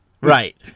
Right